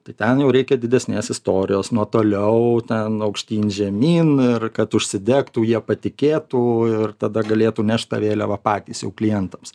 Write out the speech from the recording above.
tai ten jau reikia didesnės istorijos nuo toliau ten aukštyn žemyn ir kad užsidegtų jie patikėtų ir tada galėtų nešt tą vėliavą patys jau klientams